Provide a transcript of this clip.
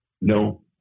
No